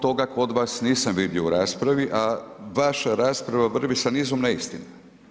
Toga kod vas nisam vidio u raspravi, a vaša rasprava vrvi sa nizom neistina.